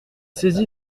saisi